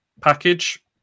package